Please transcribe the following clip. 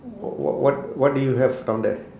wh~ wh~ what what do you have down there